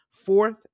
fourth